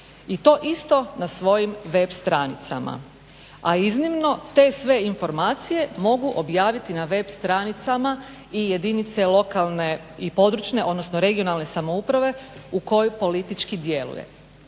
i to isto na svojim web stranicama, a iznimno te sve informacije mogu objaviti na web stranicama i jedinice lokalne i područne, odnosno (regionalne) samouprave u kojoj politički djeluju.